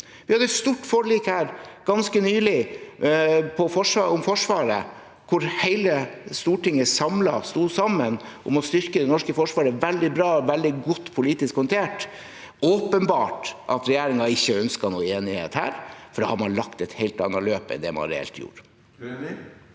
Vi hadde et stort forlik her ganske nylig om Forsvaret, hvor hele Stortinget sto sammen om å styrke det norske forsvaret, noe som var veldig bra og veldig godt politisk håndtert. Det er åpenbart at regjeringen ikke ønsket noen enighet her, for da hadde man lagt et helt annet løp enn det man reelt sett gjorde.